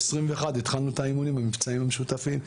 ב-21' התחלנו את האימונים עם המבצעים המשותפים.